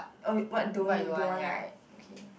oh what don't you don't want right okay